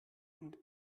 und